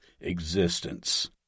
existence